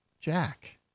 Jack